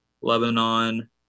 Lebanon